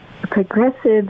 progressive